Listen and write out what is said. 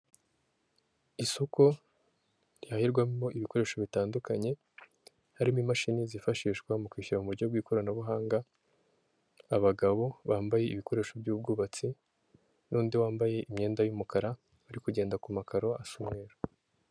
Isoko rihahirwa mo ibikoresho bitandukanye harimo imashini zifashishwa mu kwishyura mu buryo bw'ikoranabuhanga abagabo bambaye ibikoresho by'ubwubatsi n'undi wambaye imyenda y'umukara bari kugenda ku makaro asa umweru.